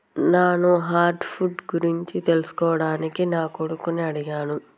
నాను hardwood గురించి తెలుసుకోవడానికి నా కొడుకుని అడిగాను